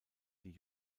die